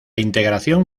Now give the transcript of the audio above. integración